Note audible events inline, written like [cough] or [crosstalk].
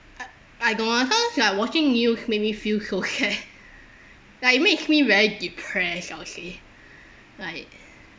I I don't want sometimes like watching news make me feel so sad [laughs] like it makes me very depressed I'll say like